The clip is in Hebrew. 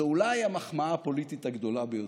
זו אולי המחמאה הפוליטית הגדולה ביותר: